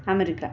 America